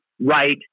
right